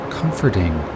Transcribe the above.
comforting